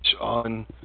on